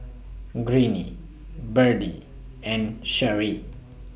Greene Birdie and Sheri